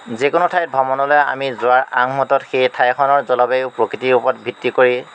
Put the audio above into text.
যিকোনো ঠাইত ভ্ৰমণলৈ আমি যোৱাৰ আগ মুহুৰ্তত সেই ঠাইখনৰ জলবায়ু প্ৰকৃতিৰ ওপৰত ভিত্তি কৰি